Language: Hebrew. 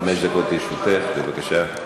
חמש דקות לרשותך, בבקשה.